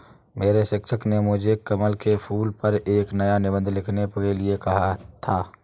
मेरे शिक्षक ने मुझे कमल के फूल पर एक निबंध लिखने के लिए कहा था